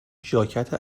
ژاکت